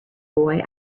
boy